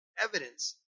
Evidence